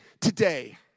today